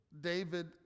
David